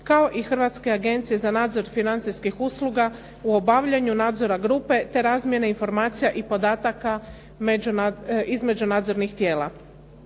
kao i Hrvatske agencije za nadzor financijskih usluga u obavljanju nadzora grupe te razmjene informacije i podataka između nadzornih tijela.